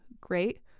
great